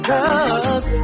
Cause